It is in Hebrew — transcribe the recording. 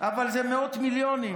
אבל זה מאות מיליונים.